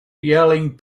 yelling